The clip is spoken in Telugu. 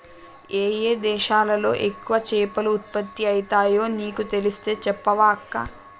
ఏయే దేశాలలో ఎక్కువ చేపలు ఉత్పత్తి అయితాయో నీకు తెలిస్తే చెప్పవ అక్కా